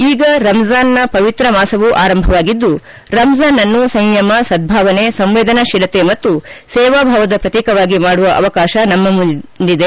ಈಗ ರಂಜಾನ್ನ ಪವಿತ್ರ ಮಾಸವು ಆರಂಭವಾಗಿದ್ದು ರಂಜಾನ್ನನ್ನು ಸಂಯಮ ಸದ್ದಾವನೆ ಸಂವೇದನ ಶೀಲತೆ ಮತ್ತು ಸೇವಾ ಭಾವದ ಶ್ರತೀಕವಾಗಿ ಮಾಡುವ ಅವಕಾತ ನಮ್ಮ ಮುಂದಿದೆ